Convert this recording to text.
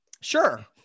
Sure